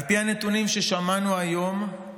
על פי הנתונים ששמענו היום,